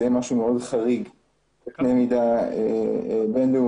זה יהיה משהו חריג מאוד בקנה מידה בין-לאומי.